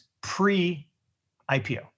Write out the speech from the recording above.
pre-IPO